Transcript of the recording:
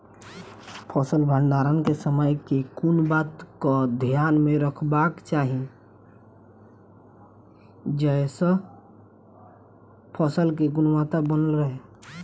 फसल भण्डारण केँ समय केँ कुन बात कऽ ध्यान मे रखबाक चाहि जयसँ फसल केँ गुणवता बनल रहै?